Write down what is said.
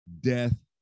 death